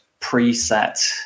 preset